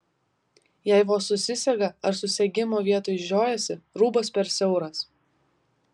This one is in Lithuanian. jei vos susisega ar susegimo vietoj žiojasi rūbas per siauras